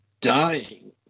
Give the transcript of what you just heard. dying